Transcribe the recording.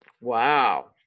Wow